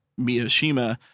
Miyashima